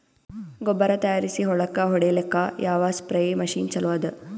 ಗೊಬ್ಬರ ತಯಾರಿಸಿ ಹೊಳ್ಳಕ ಹೊಡೇಲ್ಲಿಕ ಯಾವ ಸ್ಪ್ರಯ್ ಮಷಿನ್ ಚಲೋ ಅದ?